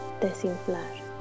desinflar